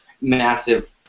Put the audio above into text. massive